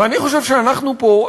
ואני חושב שאנחנו פה,